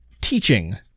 teaching